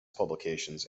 publications